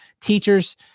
teachers